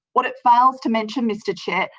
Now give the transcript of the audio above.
what it fails to mention, mr chair,